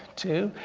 two,